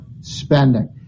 spending